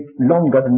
longer